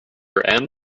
for